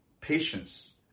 patience